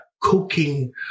cooking